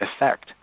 effect